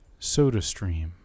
SodaStream